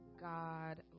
God